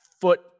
foot